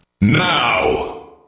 now